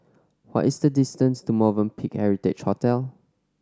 what is the distance to Movenpick Heritage Hotel